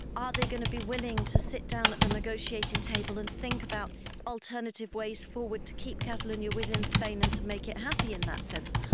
are they going to be willing to sit down at the negotiating table and think about alternative ways forward to keep catalonia within spain and to make it happy in that sense?